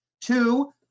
two